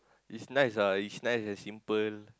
is nice ah is nice and simple